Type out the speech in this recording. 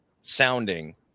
sounding